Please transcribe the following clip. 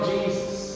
Jesus